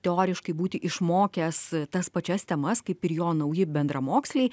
teoriškai būti išmokęs tas pačias temas kaip ir jo nauji bendramoksliai